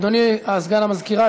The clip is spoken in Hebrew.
אדוני סגן המזכירה,